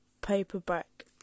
paperback